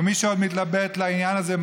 ומי שעוד מתלבט בעניין הזה,